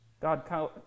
God